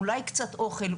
אולי קצת אוכל,